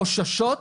חוששות,